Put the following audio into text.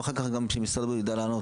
ואחר כך שמשרד הבריאות גם ידע לענות,